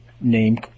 name